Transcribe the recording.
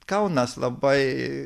kaunas labai